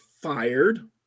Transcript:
fired